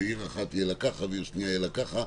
שלעיר אחת יהיה ככה ולעיר שנייה יהיה ככה,